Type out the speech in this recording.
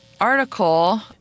article